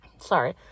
sorry